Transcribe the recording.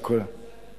יש החלטה בנושא הזה?